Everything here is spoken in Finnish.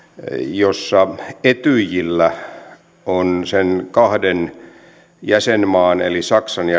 jossa etyjillä on sen kahden jäsenmaan eli saksan ja